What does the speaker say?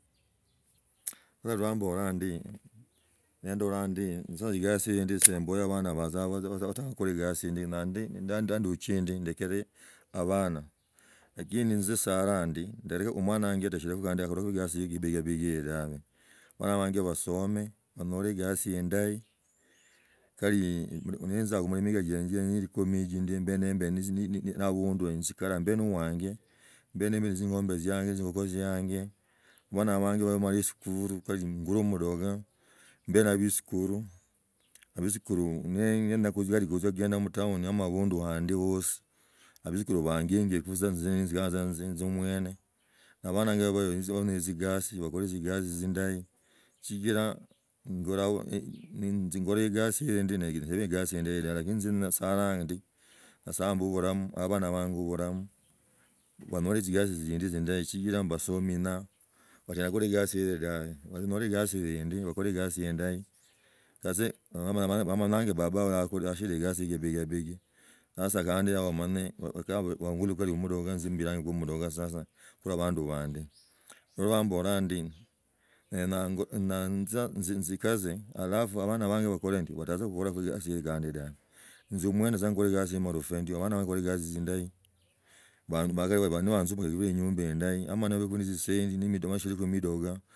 Khulwa lwa mbula ndi nembila ndi egasi yindi simbula abana balsie khugda egasi indi dai nandichie ino ndekele abana. Lakini esa saala ndi ndelekho omwana wanje khandi okhalashi egasi ye gibigibigi dabe abana banjie basome banyila egasi indahi. Kali ninziza khumiaka kumi ichi ndi mbe ne abandu we nziikalaa, mbi ne wanje, mbi ne tzing’ombe tzianze tzingoho tziange. Abana bangie bamala tzukulu engule mudoga, mbe nabio sikuru mbe ne tzidari ninzia khugendaha gutown namba abundu andi abatsukula baangingaha tsa izi kinzigala tza omwene. Abana nabaenzi bakhole tzikasi tzindahi sichira ngula tnzigula egasi ye indahi lakini isa saala ndi nyasaye ambe balamu ma abana baangu balamu banyole tzigasi tzindi tzindahi sichira mbasomi na banyala khunyala egasi iba indinyu bakhole egasi indahi banyenga babaho yashira egasi ye shibikabiki. Sasa kandi yaha banganya bakulekho ndudoka ise mbilengeho mudoka sasa kula abandu bandia khulwa lwa mbola ndi naanza nzi nzikaza halafiabana banje bakole ndi bataze khugola egasi yakhandi dabe. Nziomwani ekore kazi yamurufa ndio abana banje bakhole tzigazi tzindahi, khandi banzugulekho inyumba indahi.